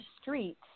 streets